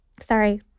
sorry